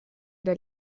der